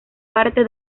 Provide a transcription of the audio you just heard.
parte